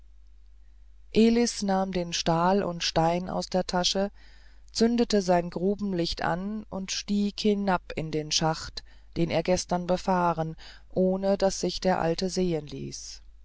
elis nahm stahl und stein aus der tasche zündete sein grubenlicht an und stieg hinab in den schacht den er gestern befahren ohne daß sich der alte sehen ließ